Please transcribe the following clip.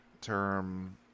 term